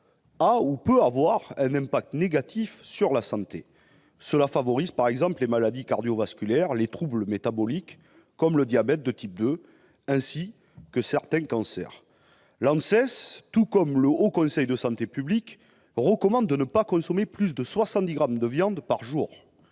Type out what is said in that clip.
a, ou peut avoir, un impact négatif sur la santé. Elle favorise, par exemple, les maladies cardiovasculaires, les troubles métaboliques, comme le diabète de type 2, ainsi que certains cancers. L'ANSES, tout comme le Haut Conseil de santé publique, recommande de ne pas consommer plus de 70 grammes de viande par jour.